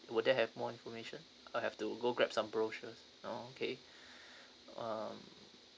would they have more information I have to go grab some brochures oh okay um